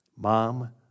Mom